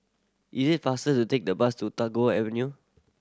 is it faster to take the bus to Tagore Avenue